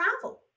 travel